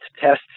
tests